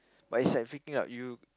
but is like freaking loud you